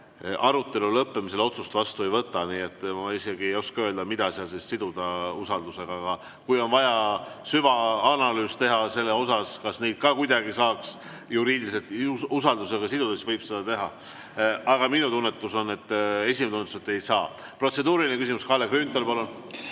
arutelu lõppemisel otsust vastu ei võta. Nii et ma isegi ei oska öelda, mida seal siduda usaldusega. Aga kui on vaja süvaanalüüs teha selle kohta, kas neid ka kuidagi saaks juriidiliselt usaldusega siduda, siis võib seda teha. Aga minu esimene tunnetus on, et ei saa. Protseduuriline küsimus, Kalle Grünthal, palun!